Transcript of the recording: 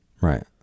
Right